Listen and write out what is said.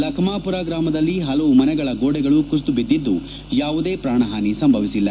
ಲಖಮಾಪುರ ಗ್ರಾಮದಲ್ಲಿ ಹಲವು ಮನೆಯ ಗೋಡೆಗಳು ಕುಸಿದುಬಿದ್ದಿದ್ದು ಯಾವುದೇ ಪ್ರಾಣ ಹಾನಿ ಸಂಭವಿಸಿಲ್ಲ